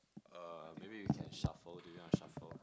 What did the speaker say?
uh maybe we can shuffle do you want to shuffle